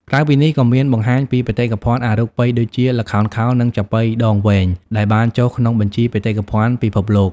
ក្រៅពីនេះ ក៏មានបង្ហាញពីបេតិកភណ្ឌអរូបីដូចជា ល្ខោនខោល និងចាប៉ីដងវែង ដែលបានចុះក្នុងបញ្ជីបេតិកភណ្ឌពិភពលោក។